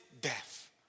death